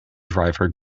driver